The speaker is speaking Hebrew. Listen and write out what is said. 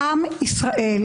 עופר.